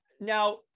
Now